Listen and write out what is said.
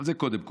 זה, קודם כול.